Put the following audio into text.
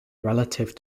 relative